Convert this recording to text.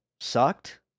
sucked